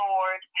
Lord